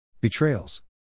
Betrayals